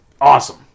Awesome